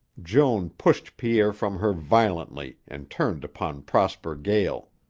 joan pushed pierre from her violently and turned upon prosper gael.